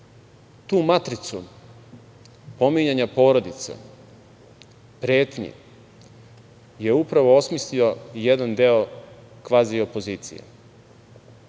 tu matricu pominjanja porodica, pretnje, je upravo osmislio jedan deo kvazi opozicije.